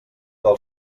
del